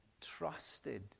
trusted